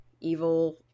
evil